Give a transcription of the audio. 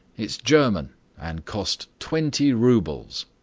it's german and cost twenty roubles.